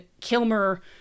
Kilmer